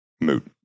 moot